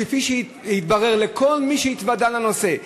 כפי שהתברר לכל מי שהתוודע לנושא,